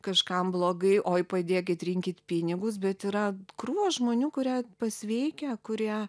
kažkam blogai oi padėkit rinkit pinigus bet yra krūvos žmonių kurie pasveikę kurie